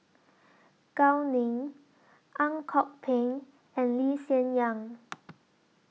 Gao Ning Ang Kok Peng and Lee Hsien Yang